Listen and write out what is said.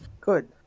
Good